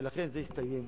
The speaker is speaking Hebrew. ולכן, זה הסתיים